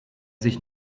sich